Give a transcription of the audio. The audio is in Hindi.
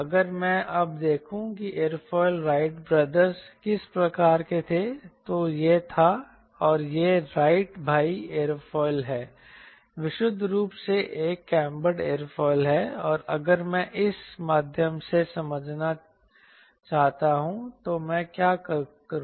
अगर मैं अब देखूं कि एयरोफिल राइट ब्रदर्स किस प्रकार के थे तो यह था और यह राइट भाई एयरफॉइल है विशुद्ध रूप से एक कैम्फर्ड एयरोफिल है और अगर मैं इसे इस माध्यम से समझना चाहता हूं तो मैं क्या करूं